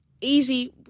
Easy